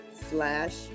slash